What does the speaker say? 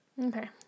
Okay